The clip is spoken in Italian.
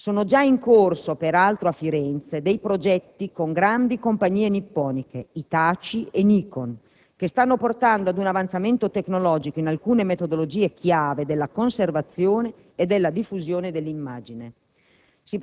Sono già in corso, peraltro a Firenze, dei progetti con grandi compagnie nipponiche, Hitachi e Nikon, che stanno portando ad un avanzamento tecnologico in alcune metodologie chiave della conservazione e della diffusione dell'immagine.